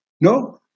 no